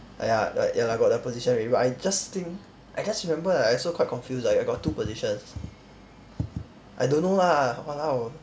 !aiya! ya lah got the position already but I just think I just remember I also quite confused I got two positions I don't know lah !walao!